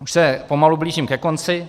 Už se pomalu blížím ke konci.